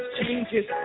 changes